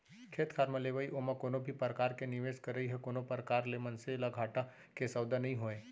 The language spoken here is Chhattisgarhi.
खेत खार के लेवई ओमा कोनो भी परकार के निवेस करई ह कोनो प्रकार ले मनसे ल घाटा के सौदा नइ होय